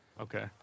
Okay